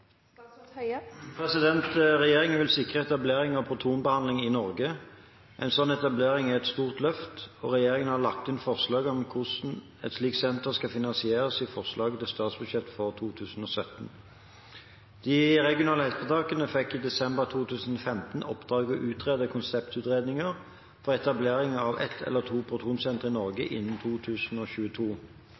Regjeringen vil sikre etablering av protonbehandling i Norge. En slik etablering er et stort løft, og regjeringen har lagt inn forslag om hvordan et slikt senter skal finansieres i forslaget til statsbudsjett for 2017. De regionale helseforetakene fikk i desember 2015 i oppdrag å utrede konseptutredninger for etablering av ett eller to protonsentre i Norge innen 2022.